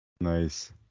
Nice